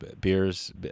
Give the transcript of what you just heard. beers